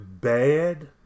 bad